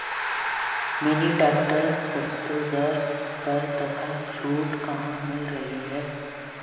Mini tractor सस्ते दर पर तथा छूट कहाँ मिल रही है?